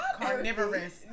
carnivorous